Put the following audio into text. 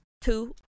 two